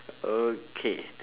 okay